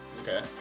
okay